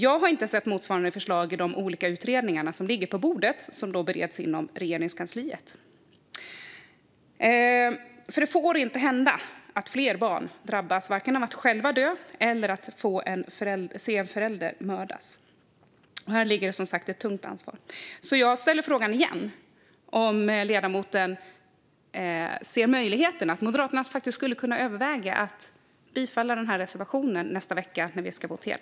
Jag har inte sett motsvarande förslag i de olika utredningar som ligger på bordet och som bereds inom Regeringskansliet. Det får inte hända att fler barn dör eller ser en förälder mördas, och här ligger det som sagt ett tungt ansvar på Moderaterna och regeringen. Därför ställer jag frågan igen: Skulle Moderaterna kunna överväga att bifalla denna reservation vid voteringen nästa vecka?